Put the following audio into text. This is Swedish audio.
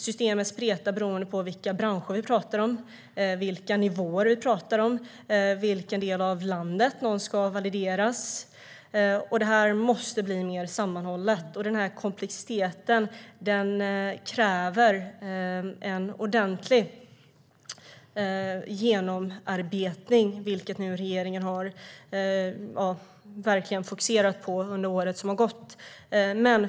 Det spretar beroende på branscher och nivåer och i vilken del av landet någon ska valideras i. Det här måste bli mer sammanhållet, och komplexiteten kräver en ordentlig genomarbetning, vilket regeringen verkligen har fokuserat på under året som har gått.